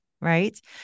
right